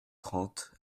trente